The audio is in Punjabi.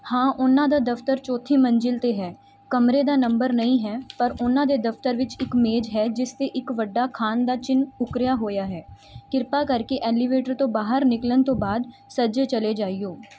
ਹਾਂ ਉਹਨਾਂ ਦਾ ਦਫ਼ਤਰ ਚੌਥੀ ਮੰਜ਼ਿਲ 'ਤੇ ਹੈ ਕਮਰੇ ਦਾ ਨੰਬਰ ਨਹੀਂ ਹੈ ਪਰ ਉਹਨਾਂ ਦੇ ਦਫਤਰ ਵਿੱਚ ਇੱਕ ਮੇਜ਼ ਹੈ ਜਿਸ 'ਤੇ ਇੱਕ ਵੱਡਾ ਖਾਨ ਦਾ ਚਿੰਨ੍ਹ ਉੱਕਰਿਆ ਹੋਇਆ ਹੈ ਕਿਰਪਾ ਕਰਕੇ ਐਲੀਵੇਟਰ ਤੋਂ ਬਾਹਰ ਨਿਕਲਣ ਤੋਂ ਬਾਅਦ ਸੱਜੇ ਚਲੇ ਜਾਇਓ